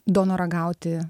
donorą gauti